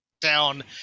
down